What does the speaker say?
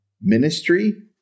ministry